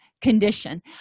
condition